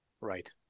Right